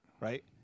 Right